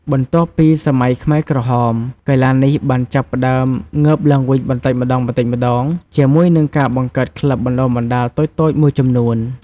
បន្ទាប់ពីសម័យខ្មែរក្រហម កីឡានេះបានចាប់ផ្ដើមងើបឡើងវិញបន្តិចម្ដងៗជាមួយនឹងការបង្កើតក្លឹបបណ្ដុះបណ្ដាលតូចៗមួយចំនួន។